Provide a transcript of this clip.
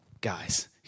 guys